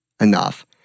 enough